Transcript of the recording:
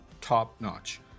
top-notch